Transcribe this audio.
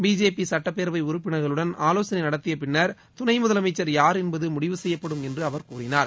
BJP சுட்டப் பேரவை உறுப்பினர்களுடன் ஆலோசனை நடத்திய பின்னர் துணை முதலமைச்சர் யார் என்பது முடிவு செய்யப்படும் என்று அவர் கூறினார்